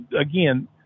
again